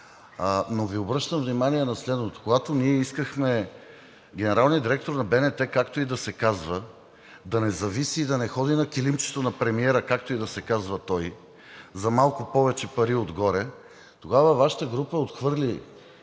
Но Ви обръщам внимание на следното: когато ние искахме генералният директор на БНТ, както и да се казва, да не зависи и да не ходи на килимчето на премиера, както и да се казва той, за малко повече пари отгоре, тогава Вашата група отхвърли